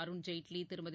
Arun Jaitley Thirumathi